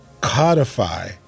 codify